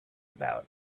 about